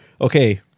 Okay